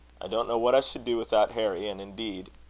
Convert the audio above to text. i don't know what i should do without harry and indeed,